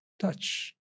touch